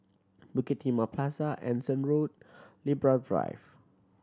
Bukit Timah Plaza Anson Road Libra Drive